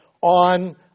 on